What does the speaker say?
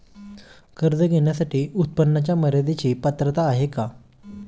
कर्ज घेण्यासाठी उत्पन्नाच्या मर्यदेची पात्रता आहे का?